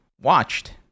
watched